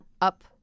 up